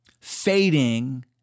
fading